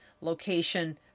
location